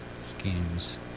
schemes